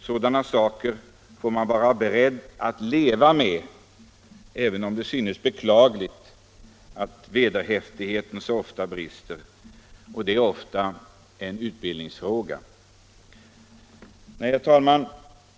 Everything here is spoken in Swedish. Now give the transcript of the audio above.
Sådana saker får man vara beredd att leva med, även om det synes beklagligt att vederhäftigheten så ofta brister. Det är ofta en utbildningsfråga. Herr talman!